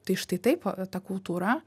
tai štai taip ta kultūra